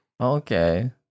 okay